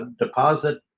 deposit